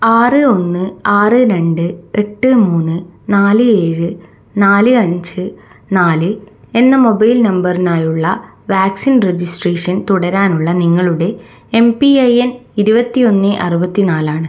ആറ് ഒന്ന് ആറ് രണ്ട് എട്ട് മൂന്ന് നാല് ഏഴ് നാല് അഞ്ച് നാല് എന്ന മൊബൈൽ നമ്പറിനായുള്ള വാക്സിൻ രജിസ്ട്രേഷൻ തുടരാനുള്ള നിങ്ങളുടെ എം പി ഐ എൻ ഇരുപത്തിയൊന്ന് അറുപത്തിനാലാണ്